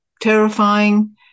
terrifying